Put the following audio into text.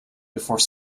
before